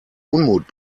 unmut